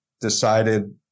decided